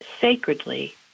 Sacredly